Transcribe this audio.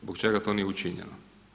Zbog čega to nije učinjeno?